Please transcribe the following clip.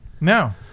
No